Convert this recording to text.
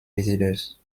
visitors